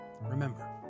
remember